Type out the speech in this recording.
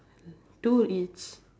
two each